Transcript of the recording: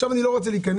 אפשר לשים